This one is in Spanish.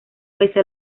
pese